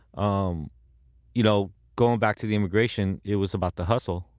um you know going back to the immigration, it was about the hustle.